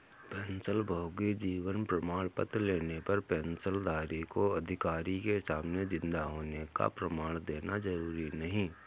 पेंशनभोगी जीवन प्रमाण पत्र लेने पर पेंशनधारी को अधिकारी के सामने जिन्दा होने का प्रमाण देना जरुरी नहीं